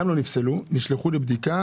גם לא נפסלו אלא נשלחו לבדיקה